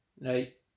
right